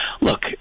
look